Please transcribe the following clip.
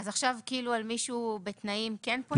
אז עכשיו על מישהו בתנאים כן פונים?